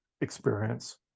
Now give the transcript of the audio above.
experience